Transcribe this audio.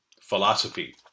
philosophy